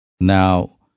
Now